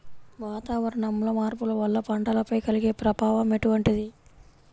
వాతావరణంలో మార్పుల వల్ల పంటలపై కలిగే ప్రభావం ఎటువంటిది?